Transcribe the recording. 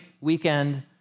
weekend